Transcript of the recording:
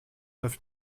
neuf